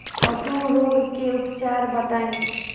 पशु रोग के उपचार बताई?